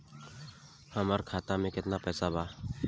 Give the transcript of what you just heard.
हमार खाता में केतना पैसा बा?